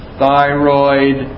thyroid